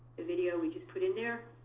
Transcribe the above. the video we just put in there.